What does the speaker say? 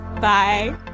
Bye